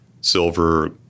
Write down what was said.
silver